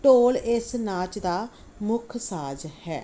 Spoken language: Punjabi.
ਢੋਲ ਇਸ ਨਾਚ ਦਾ ਮੁੱਖ ਸਾਜ਼ ਹੈ